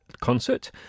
concert